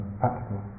practical